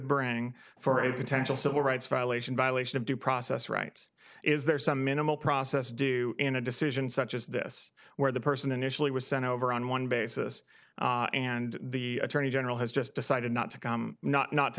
bring for a potential civil rights violation violation of due process rights is there some minimal process due in a decision such as this where the person initially was sent over on one basis and the attorney general has just decided not to go not not to